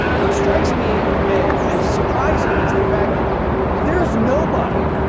what strikes me as surprising, is the fact that there's nobody,